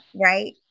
right